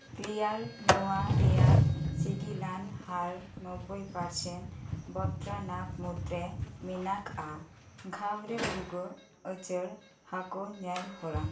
clear ᱱᱚᱣᱟ ᱨᱮᱭᱟᱜ ᱥᱤᱜᱤᱞᱱ ᱦᱟᱨ ᱱᱚᱵᱵᱚᱭ ᱯᱟᱨᱮᱥᱮᱱ ᱵᱚᱛᱨᱟᱱᱟᱜ ᱢᱩᱦᱩᱫᱨᱮ ᱢᱮᱱᱟᱜᱼᱟ ᱜᱷᱟᱣᱨᱮ ᱵᱷᱩᱜᱟᱹᱜ ᱟᱹᱪᱟᱹᱲ ᱟᱠᱩ ᱧᱮᱞᱦᱚᱨᱟ